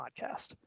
podcast